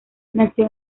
nació